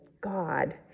god